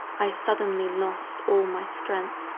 i suddenly lost all my strength,